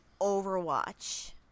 Overwatch